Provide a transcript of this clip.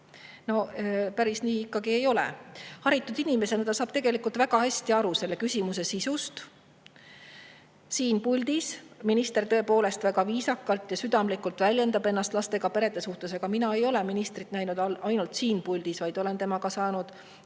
No päris nii ikkagi ei ole. Haritud inimesena saab minister tegelikult väga hästi aru selle küsimuse sisust. Siin puldis minister tõepoolest väga viisakalt ja südamlikult väljendab ennast lastega perede suhtes. Aga mina ei ole ministrit näinud ainult siin puldis, vaid olen temaga saanud